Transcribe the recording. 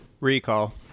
Recall